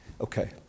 Okay